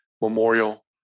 Memorial